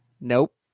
Nope